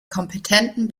kompetenten